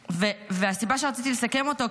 והסיבה שרציתי לסכם אותו,